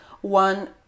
one